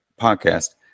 podcast